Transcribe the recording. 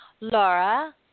Laura